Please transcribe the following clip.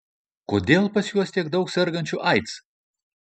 kodėl pas juos tiek daug sergančių aids